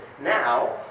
Now